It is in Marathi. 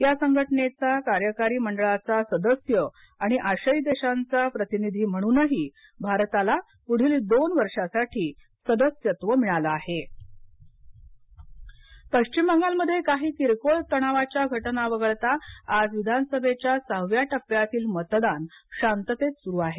या संघटनेचा कार्यकारी मंडळाचा सदस्य आणि आशियाई देशांचा प्रतिनिधी म्हणूनही भारताला पुढील दोन वर्षासाठी सदस्यत्व मिळाल आहे पश्चिम बंगाल मतदान पश्चिम बंगाल मध्ये काही किरकोळ तणावाच्या घटना वगळता आज विधानसभेच्या सहाव्या टप्प्यातील मतदान शांततेत सुरू आहे